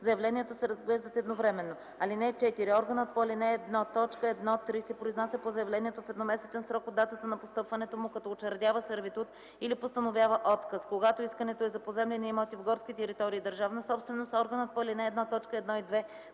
заявленията се разглеждат едновременно. (4) Органът по ал. 1, т. 1-3 се произнася по заявлението в едномесечен срок от датата на постъпването му, като учредява сервитут или постановява отказ. Когато искането е за поземлени имоти в горски територии – държавна собственост, органът по ал. 1,